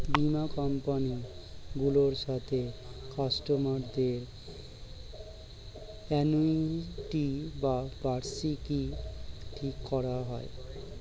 বীমা কোম্পানি গুলোর সাথে কাস্টমার দের অ্যানুইটি বা বার্ষিকী ঠিক করা হয়